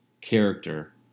character